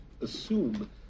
assume